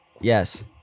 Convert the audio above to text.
Yes